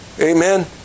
Amen